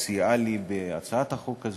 שסייעה לי בהצעת החוק הזו,